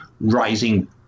rising